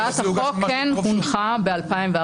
הצעת החוק כן הונחה ב-2014.